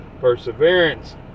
perseverance